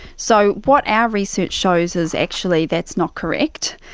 so what our research shows is actually that's not correct.